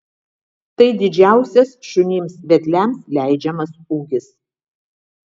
tai didžiausias šunims vedliams leidžiamas ūgis